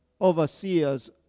overseers